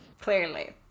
Clearly